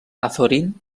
azorín